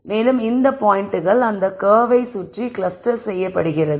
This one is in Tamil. மேலும் இந்த பாயிண்டுகள் அந்த கர்வை சுற்றி கிளஸ்டர் செய்யப்பட்டுள்ளது